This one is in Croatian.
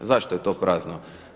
Zašto je to prazno?